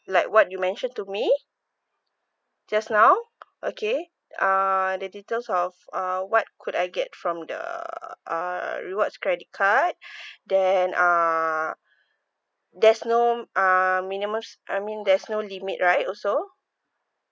like what you mentioned to me just now okay uh the details of uh what could I get from the uh rewards credit card then uh there's no um minimum I mean there's no limit right also